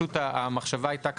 המחשבה הייתה,